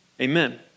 Amen